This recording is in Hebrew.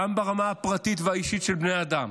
גם ברמה הפרטית והאישית של בני אדם